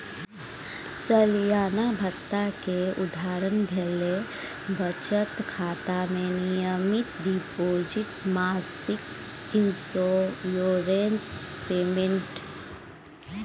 सलियाना भत्ता केर उदाहरण भेलै बचत खाता मे नियमित डिपोजिट, मासिक इंश्योरेंस पेमेंट